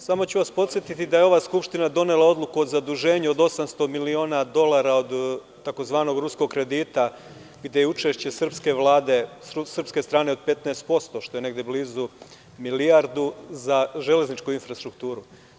Samo ću vas podsetiti da je ova Skupština donela Odluku o zaduženju od 800 miliona dolara od tzv. ruskog kredita gde je učešće srpske Vlade, srpske strane, 15%, što je blizu milijardu za železničku infrastrukturu.